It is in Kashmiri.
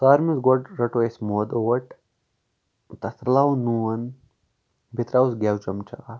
سارنی گوڈٕ رَٹو أسۍ مٲدٕ اوٹ تَتھ رَلاوو نون بیٚیہِ تراوو گیو چَمچہِ اکھ